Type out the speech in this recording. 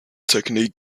technique